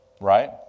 Right